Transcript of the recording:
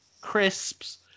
crisps